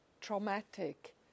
traumatic